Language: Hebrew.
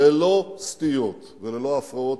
ללא סטיות וללא הפרעות,